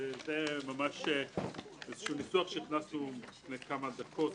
זה איזשהו ניסוח שהכנסנו לפני כמה דקות.